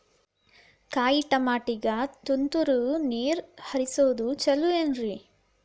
ಕಾಯಿತಮಾಟಿಗ ತುಂತುರ್ ನೇರ್ ಹರಿಸೋದು ಛಲೋ ಏನ್ರಿ?